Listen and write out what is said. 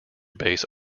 base